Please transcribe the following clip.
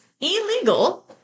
illegal